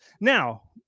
Now